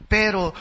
pero